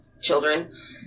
children